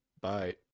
bye